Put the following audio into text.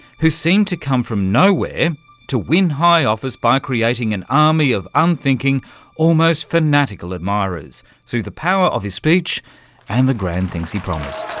who seemed to come from nowhere and to win high office by creating an army of unthinking almost fanatical admirers through the power of his speech and the grand things he promised.